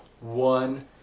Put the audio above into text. One